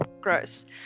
gross